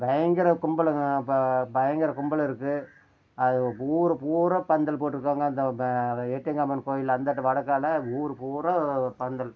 பயங்கர கும்பலுங்க அப்போ பயங்கர கும்பல் இருக்கும் அது ஊர் பூராக பந்தல் போட்டிருப்பாங்க அந்த ப எட்டியம்மன் கோயில் அந்தாண்ட வடக்கால ஊர் பூராக பந்தல்